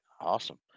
Awesome